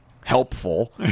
Helpful